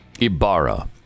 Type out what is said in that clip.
Ibarra